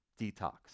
detox